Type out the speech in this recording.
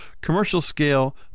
commercial-scale